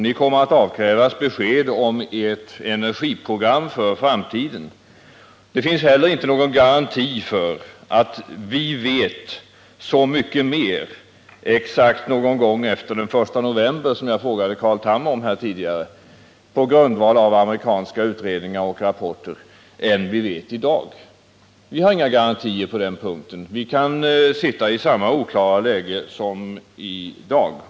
Ni kommer att avkrävas besked om ert energiprogram för framtiden. Det finns heller ingen garanti för att vi vet så mycket mer om Harrisburg någon gång efter den I november i år än vi vet i dag. På den punkten ställde jag en fråga till Carl Tham på grundval av amerikanska utredningar och rapporter. Vi har alltså inga garantier på den punkten, utan kan befinna oss i samma oklara läge som i dag.